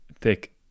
thick